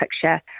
picture